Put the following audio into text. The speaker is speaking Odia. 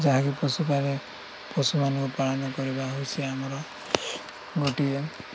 ଯାହାକି ପଶୁପକ୍ଷୀମାନଙ୍କୁ ପାଳନ କରିବା ହେଉଛି ଆମର ଗୋଟିଏ